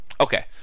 Okay